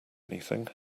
anything